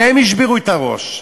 שהם ישברו את הראש,